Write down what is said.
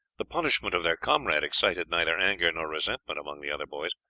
the punishment of their comrade excited neither anger nor resentment among the other boys,